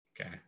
Okay